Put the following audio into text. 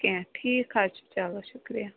کیٚنٛہہ ٹھیٖک حظ چھُ چلو شُکریہ